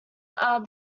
are